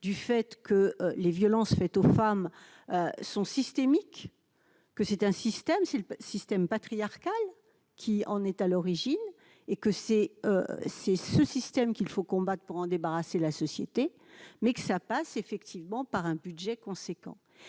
du fait que les violences faites aux femmes sont systémiques que c'est un système, c'est le système patriarcal qui en est à l'origine, et que c'est c'est ce système qu'il faut combattre pour en débarrasser la société mais que ça passe effectivement par un budget conséquent